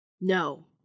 No